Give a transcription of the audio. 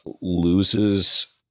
loses